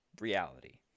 reality